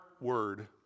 word